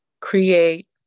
create